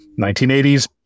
1980s